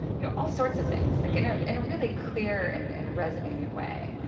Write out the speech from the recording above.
you know, all sorts of things, like, you know in a really clear and and resonating way.